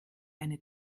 eine